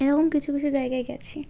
এরকম কিছু কিছু জায়গায় গেছে